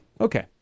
Okay